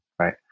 Right